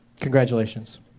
Congratulations